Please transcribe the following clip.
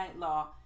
law